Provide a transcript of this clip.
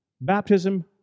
baptism